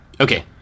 okay